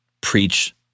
preach